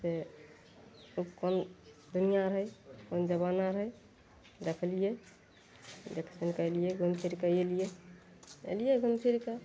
से सबके दुनिआँ हइ अपन जमाना हइ देखलियै देख सुनिके अयलियै घूमि फिरिके अयलियै अयलियै घूमि फिरिके